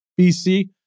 BC